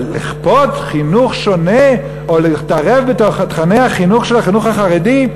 אבל לכפות חינוך שונה או להתערב בתוכני החינוך של החינוך החרדי,